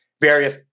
various